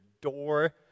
door